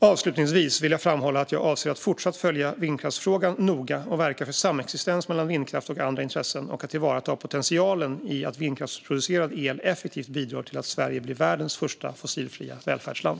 Avslutningsvis vill jag framhålla att jag avser att fortsatt följa vindkraftsfrågan noga och verka för samexistens mellan vindkraft och andra intressen och att tillvarata potentialen för vindkraftsproducerad el att effektivt bidra till att Sverige blir världens första fossilfria välfärdsland.